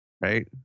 Right